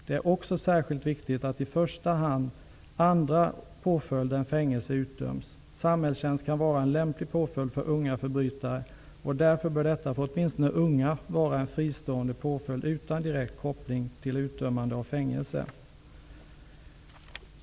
Det är också särskilt viktigt att i första hand utdöma andra påföljder än fängelse. Samhällstjänst kan vara en lämplig påföljd för unga förbrytare. Därför bör denna åtminstone för de unga vara en fristående påföljd utan direkt koppling till utdömande av fängelse.